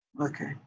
Okay